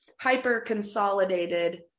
hyper-consolidated